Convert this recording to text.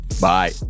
Bye